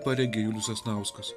parengė julius sasnauskas